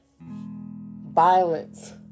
violence